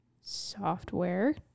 software